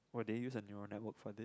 oh they use a neuron network for this